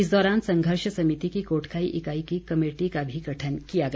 इस दौरान संघर्ष समिति की कोटखाई इकाई की कमेटी का भी गठन किया गया